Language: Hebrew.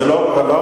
זה לא המקום.